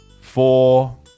four